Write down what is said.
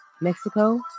Mexico